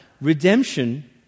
redemption